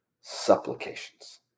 Supplications